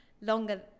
longer